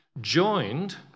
joined